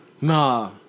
Nah